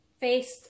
faced